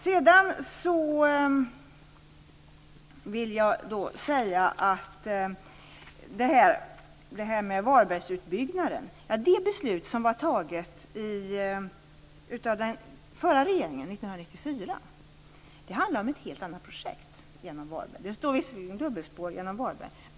Sedan vill jag säga att det här med Varbergsutbyggnaden var ett beslut som fattades av den förra regeringen 1994. Det handlar om ett helt annat projekt genom Varberg. Det står visserligen om dubbelspår genom Varberg.